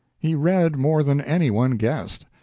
he read more than any one guessed.